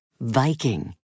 Viking